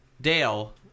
Dale